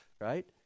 right